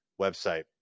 website